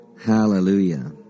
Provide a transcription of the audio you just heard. Hallelujah